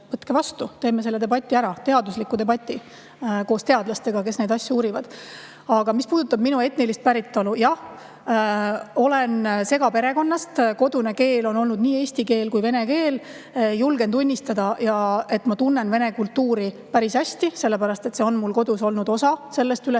teeme selle debati ära, teadusliku debati koos teadlastega, kes neid asju uurivad. Aga mis puudutab minu etnilist päritolu, siis jah, olen segaperekonnast, kodune keel on olnud nii eesti keel kui vene keel. Julgen tunnistada, et ma tunnen vene kultuuri päris hästi, sellepärast et see on mul kodus olnud osa üleskasvamise